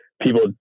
people